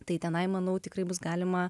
tai tenai manau tikrai bus galima